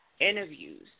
interviews